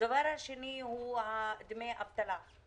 הדבר השני נוגע לדמי אבטלה.